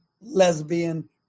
lesbian